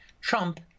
Trump